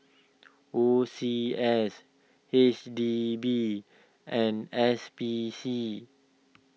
O C S H D B and S P C